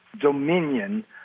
dominion